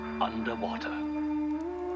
underwater